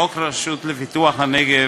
חוק הרשות לפיתוח הנגב